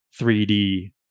3D